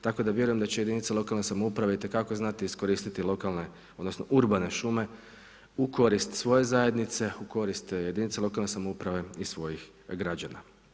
Tako da vjerujem da će jedinice lokalne samouprave itekako znati iskoristiti lokalne, odnosno urbane šume u korist svoje zajednice, u korist jedinice lokalne samouprave i svojih građana.